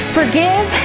forgive